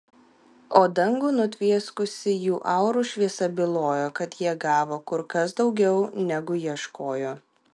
o dangų nutvieskusi jų aurų šviesa bylojo kad jie gavo kur kas daugiau negu ieškojo